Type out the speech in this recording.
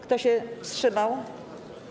Kto się wstrzymał?